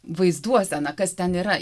vaizduoseną kas ten yra